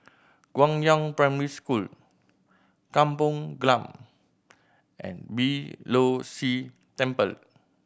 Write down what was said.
Guangyang Primary School Kampong Glam and Beeh Low See Temple